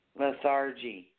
lethargy